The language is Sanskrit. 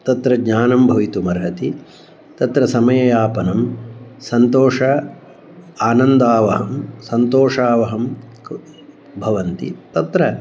तत्र ज्ञानं भवितुमर्हन्ति तत्र समययापनं सन्तोषम् आनन्दावहं सन्तोषावहं क् भवन्ति तत्र